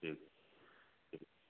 ठीक ठीक